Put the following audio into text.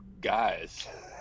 guys